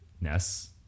Ness